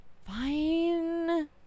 Fine